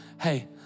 Hey